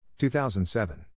2007